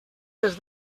les